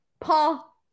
Paul